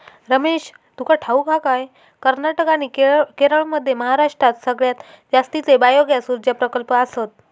रमेश, तुका ठाऊक हा काय, कर्नाटक आणि केरळमध्ये महाराष्ट्रात सगळ्यात जास्तीचे बायोगॅस ऊर्जा प्रकल्प आसत